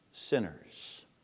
sinners